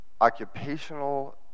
occupational